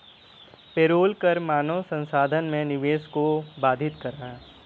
payroll कर मानव संसाधन में निवेश को बाधित करता है